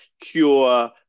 cure